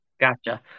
Gotcha